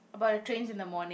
about the trains in the morning